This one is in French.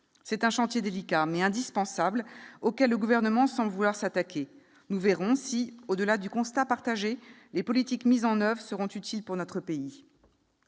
C'est un chantier délicat, mais indispensable, auquel le Gouvernement semble vouloir s'attaquer. Nous verrons si, au-delà du constat partagé, les politiques mises en oeuvre seront utiles pour notre pays.